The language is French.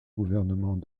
gouvernements